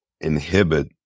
inhibit